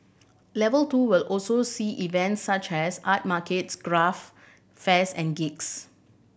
level two will also see events such as art markets craft fairs and gigs